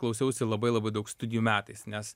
klausiausi labai labai daug studijų metais nes